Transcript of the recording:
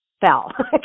fell